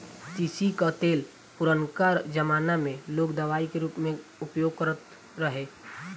तीसी कअ तेल पुरनका जमाना में लोग दवाई के रूप में उपयोग करत रहे